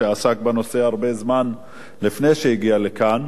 שעסק בנושא זמן רב לפני שהגיע לכאן.